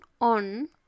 on